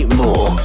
more